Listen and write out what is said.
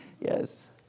Yes